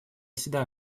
всегда